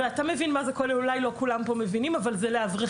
אתה מבין מה זה כולל אולי לא כולם מבינים כולל זה לאברכים,